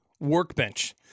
workbench